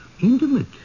Intimate